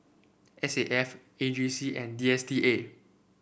S A F A G C and D S T A